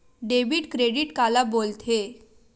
Debit credit काला बोल थे?